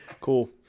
Cool